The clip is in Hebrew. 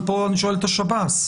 אני שואל את השב"ס.